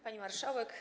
Pani Marszałek!